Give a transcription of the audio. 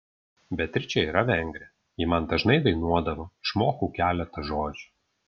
beatričė yra vengrė ji man dažnai dainuodavo išmokau keletą žodžių